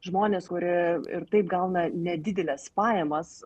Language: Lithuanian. žmonės kurie ir taip gauna nedideles pajamas